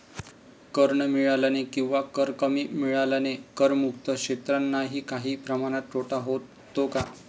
कर न मिळाल्याने किंवा कर कमी मिळाल्याने करमुक्त क्षेत्रांनाही काही प्रमाणात तोटा होतो का?